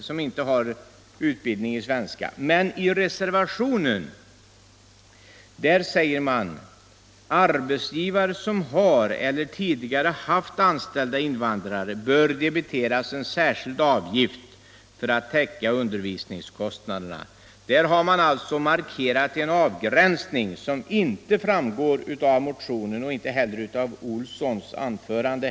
14 maj 1976 Men i reservationen 6 säger man: ”Arbetsgivare. som har eller tidigare 0 haft anställda invandrare, bör debiteras en särskild avgift för att täcka — Rätt tillledighet och undervisningskostnaderna.” Där har man alltså markerat en avgränsning — lön vid deltagande i som inte framgår av motionen och inte heller av herr Olssons anförande.